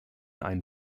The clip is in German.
einen